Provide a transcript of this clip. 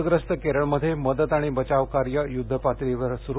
प्रग्रस्त केरळमध्ये मदत आणि बचाव कार्य युद्ध पातळीवर सुरू